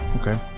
Okay